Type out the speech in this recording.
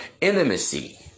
intimacy